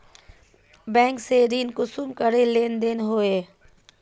Bank से ऋण कुंसम करे लेन देन होए?